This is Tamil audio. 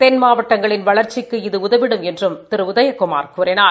தென்மாவட்டங்களின் வளர்ச்சிக்கு இது உதவிடும் என்றும் திரு உதயகுமார் கூறினார்